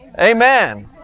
Amen